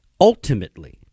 ultimately –